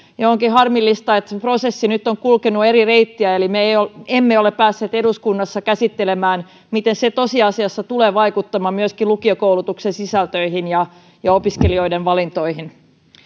ja onkin harmillista että se prosessi nyt on kulkenut eri reittiä eli me emme ole päässeet eduskunnassa käsittelemään sitä miten se tosiasiassa tulee vaikuttamaan myöskin lukiokoulutuksen sisältöihin ja ja opiskelijoiden valintoihin